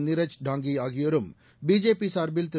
நிரஜ் டாங்கி ஆகியோரும் பிஜேபி சார்பில் திரு